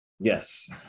Yes